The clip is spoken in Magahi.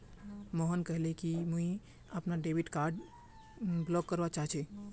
मोहन कहले कि मुई अपनार डेबिट कार्ड ब्लॉक करवा चाह छि